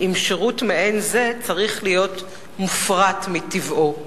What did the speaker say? אם שירות מעין זה צריך להיות מופרט מטבעו".